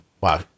Wow